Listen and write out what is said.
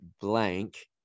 blank